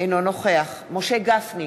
אינו נוכח משה גפני,